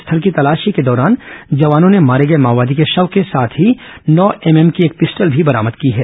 घटनास्थल की तलाशी के दौरान जवानों ने मारे गए माओवादी के शव के साथ ही नौ एमएम की एक पिस्टल भी बरामद की है